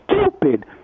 stupid